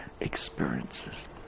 experiences